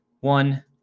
One